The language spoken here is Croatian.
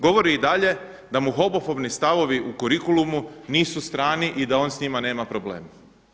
Govori i dalje da mu homofobni stavovi u kurikulumu nisu strani i da on s njima nema problema.